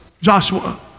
Joshua